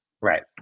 Right